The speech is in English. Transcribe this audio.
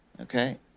okay